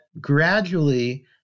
gradually